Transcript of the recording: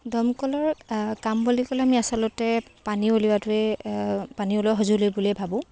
দমকলৰ কাম বুলি ক'লে আমি আচলতে পানী উলিওৱাটোৱে পানী উলিওৱা সঁজুলি বুলিয়েই ভাবোঁ